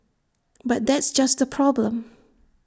but that's just the problem